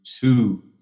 two